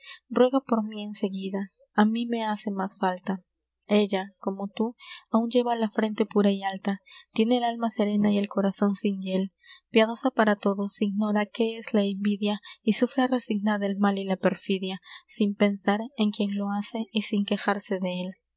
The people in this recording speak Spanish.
ruega por mí en seguida a mí me hace más falta ella como tú áun lleva la frente pura y alta tiene el alma serena y el corazon sin hiel piadosa para todos ignora qué es la envidia y sufre resignada el mal y la perfidia sin pensar en quien lo hace y sin quejarse de él